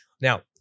Now